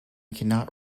cannot